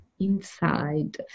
inside